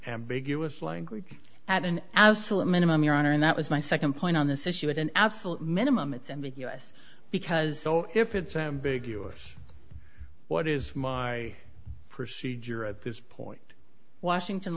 ambiguous language at an absolute minimum your honor and that was my nd point on this issue at an absolute minimum it's ambiguous because if it's ambiguous what is my procedure at this point washington